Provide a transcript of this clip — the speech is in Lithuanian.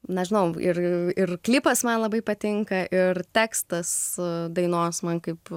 nežinau ir klipas man labai patinka ir tekstas dainos man kaip